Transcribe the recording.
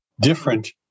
different